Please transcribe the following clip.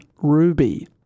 ruby